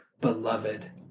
beloved